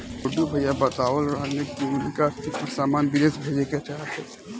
गुड्डू भैया बतलावत रहले की उनका के कुछ सामान बिदेश भेजे के रहे